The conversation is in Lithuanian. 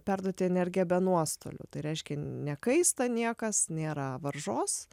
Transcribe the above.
perduoti energiją be nuostolių tai reiškia nekaista niekas nėra varžos